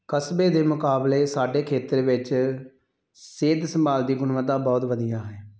ਕਸਬੇ ਦੇ ਮੁਕਾਬਲੇ ਸਾਡੇ ਖੇਤਰ ਵਿੱਚ ਸਿਹਤ ਸੰਭਾਲ ਦੀ ਗੁਣਵੱਤਾ ਬਹੁਤ ਵਧੀਆ ਹੈ